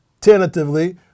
tentatively